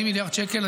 40 מיליארד שקל.